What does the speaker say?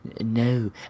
No